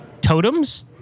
Totems